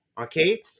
okay